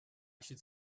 should